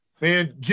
man